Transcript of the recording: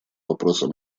вопросам